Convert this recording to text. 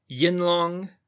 Yinlong